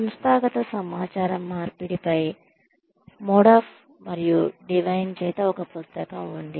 సంస్థాగత సమాచార మార్పిడిపై మోడాఫ్ మరియు డివైన్ చేత ఒక పుస్తకం ఉంది